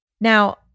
Now